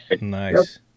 Nice